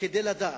כדי לדעת.